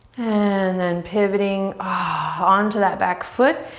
and then pivoting ah onto that back foot.